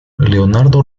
leonardo